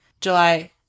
July